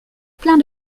plein